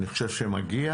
אני חושב שמגיע,